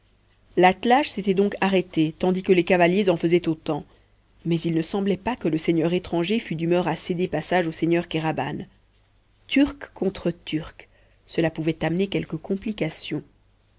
l'attelage s'était donc arrêté tandis que les cavaliers en faisaient autant mais il ne semblait pas que le seigneur étranger fût d'humeur à céder passage au seigneur kéraban turc contre turc cela pouvait amener quelque complication